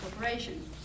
Corporation